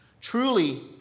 Truly